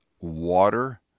water